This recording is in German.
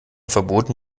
verboten